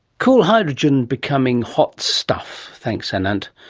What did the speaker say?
cool hydrogen becoming hot stuff. thanks anant.